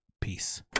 peace